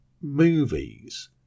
movies